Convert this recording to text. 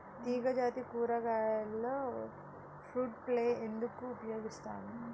తీగజాతి కూరగాయలలో fruit fly ఎందుకు ఉపయోగిస్తాము?